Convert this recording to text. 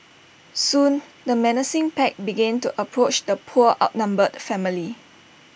soon the menacing pack began to approach the poor outnumbered family